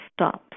stops